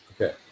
Okay